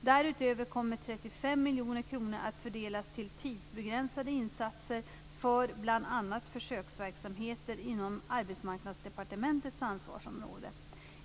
Därutöver kommer 35 miljoner kronor att fördelas till tidsbegränsade insatser för bl.a. försöksverksamheter inom Arbetsmarknadsdepartementets ansvarsområde.